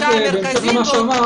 בהמשך לזה,